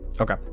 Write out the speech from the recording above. Okay